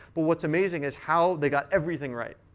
but what's amazing is how they got everything right.